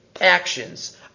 actions